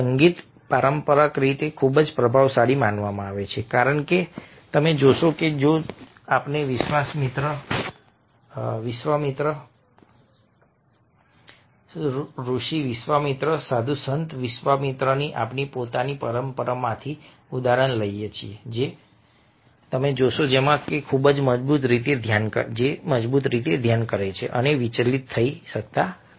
સંગીત પરંપરાગત રીતે ખૂબ જ પ્રભાવશાળી માનવામાં આવે છે કારણ કે તમે જોશો કે જો આપણે વિશ્વામિત્ર ઋષિ વિશ્વામિત્ર સાધુ સંત વિશ્વામિત્રની આપણી પોતાની પરંપરામાંથી ઉદાહરણ લઈએ તો તમે જોશો કે તે ખૂબ જ મજબૂત રીતે ધ્યાન કરે છે અને વિચલિત થઈ શકતા નથી